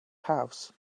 house